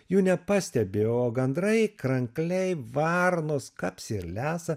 jų nepastebi o gandrai krankliai varnos kapsi ir lesa